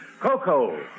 Coco